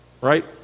Right